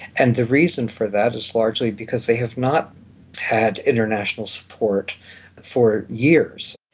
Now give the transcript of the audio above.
and the reason for that is largely because they have not had international support but for years.